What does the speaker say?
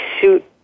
suit